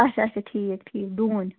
اَچھا اَچھا ٹھیٖک ٹھیٖک ڈوٗنۍ